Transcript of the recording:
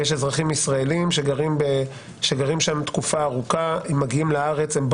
יש אזרחים ישראליים שגרים שם תקופה ארוכה וברחו,